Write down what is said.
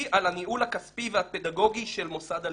על הניהול הכספי והפדגוגי של מוסד הלימוד.